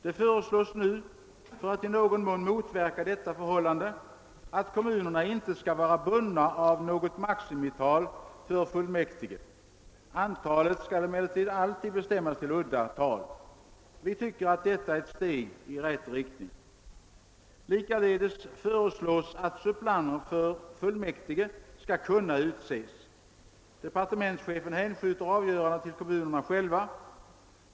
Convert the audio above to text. Det föreslås nu — för att i någon mån motverka detta förhållande — att kommunerna inte skall vara bundna av något maximital för fullmäktige. Antalet skall emellertid alltid bestämmas till udda tal. Vi tycker att detta är ett steg i rätt riktning. Likaså föreslås att suppleanter för fullmäktige skall kunna utses. Departementschefen hänskjuter avgörandet till kommunerna själva.